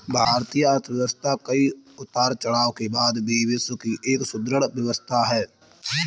भारतीय अर्थव्यवस्था कई उतार चढ़ाव के बाद भी विश्व की एक सुदृढ़ व्यवस्था है